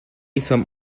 some